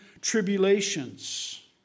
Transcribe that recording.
tribulations